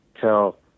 tell